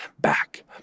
back